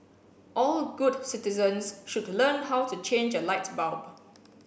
all good citizens should learn how to change a light bulb